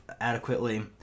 adequately